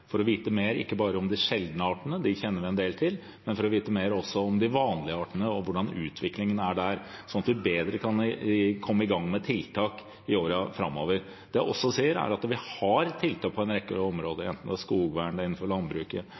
vite mer – ikke bare om de sjeldne artene, de kjenner vi en del til, men for å vite mer også om de vanlige artene og hvordan utviklingen er der, sånn at vi bedre kan komme i gang med tiltak i årene framover. Det jeg også sier, er at vi har tiltak på en rekke områder, enten det er skogvern eller landbruk, og vi har en strategi for pollinatorer. Det er